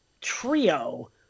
trio